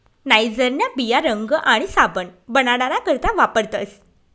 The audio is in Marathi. नाइजरन्या बिया रंग आणि साबण बनाडाना करता वापरतस